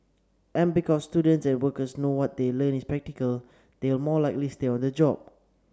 and because students and workers know that what they learn is practical they will more likely stay on the job